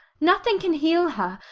nothing can heal her!